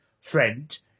friend